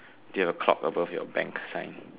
do you have a clock above your bank sign